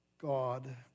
God